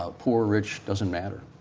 ah poor, rich, doesn't matter.